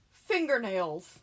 Fingernails